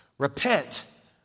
repent